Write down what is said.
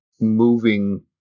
moving